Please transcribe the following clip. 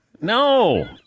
No